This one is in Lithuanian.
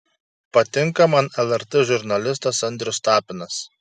patinka man lrt žurnalistas andrius tapinas